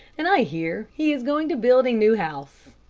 and i hear he is going to build a new house.